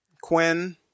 Quinn